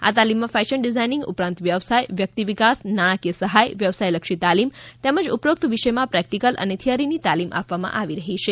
આ તાલીમમાં fashion designing ઉપરાંત વ્યવસાય વ્યક્તિ વિકાસ નાણાકીય સહાય વ્યવસાયલક્ષી તાલીમ તેમજ ઉપરોક્ત વિષયમાં પ્રેક્ટીકલ અને થીયરીની તાલીમ આપવામાં આવી રહી છે